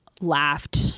laughed